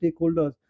stakeholders